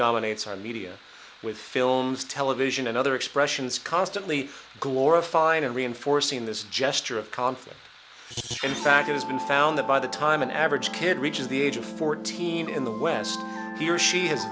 dominates our media with films television and other expressions constantly glorifying and reinforcing this gesture of conflict in fact it has been found that by the time an average kid reaches the age of fourteen in the west here she has